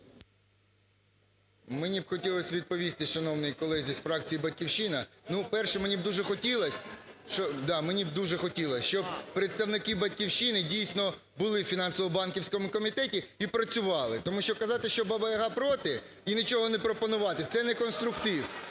Мені б хотілось відповісти шановній колезі з фракції "Батьківщина". Перше. Мені б дуже хотілось, да, мені б дуже хотілось, щоб представники "Батьківщини" дійсно були в фінансового-банківському комітеті і працювали. Тому що казати, що "Баба Яга проти" і нічого не пропонувати – це не конструктив.